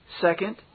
Second